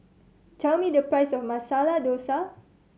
tell me the price of Masala Dosa